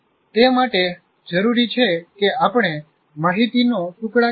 તે માટે જરૂરી છે કે આપણે માહિતીનો ટુકડા કરીએ